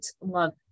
love